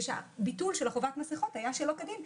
ושהביטול של חובת המסכות היה שלא כדין,